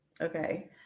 Okay